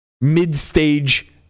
mid-stage